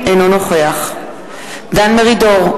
אינו נוכח דן מרידור,